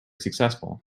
successful